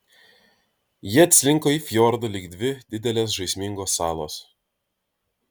jie atslinko į fjordą lyg dvi didelės žaismingos salos